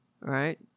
Right